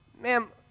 ma'am